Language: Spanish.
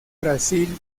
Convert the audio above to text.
brasil